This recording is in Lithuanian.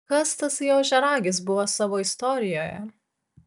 kas tasai ožiaragis buvo savo istorijoje